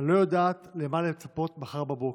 אני לא יודעת למה לצפות מחר בבוקר"